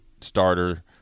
starter